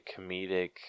comedic